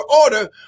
order